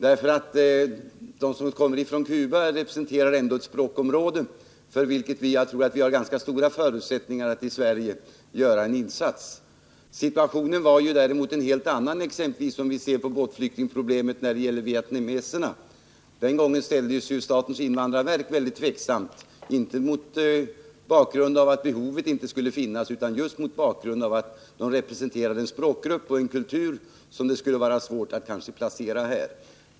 De som kommer från Cuba representerar ju en sådan språkgrupp som vi i Sverige har stora förutsättningar att göra en insats för. Situationen var däremot en helt annan när det gällde problemen för de vietnamesiska båtflyktingarna. Statens invandrarverk var mycket tveksamt om huruvida vi skulle ta emot dem, inte mot bakgrund av att det inte skulle finnas något behov, utan just mot bakgrund av att de representerade en språkgrupp och en kultur som skulle göra det svårt för dem att bli placerade här.